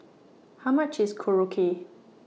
How much IS Korokke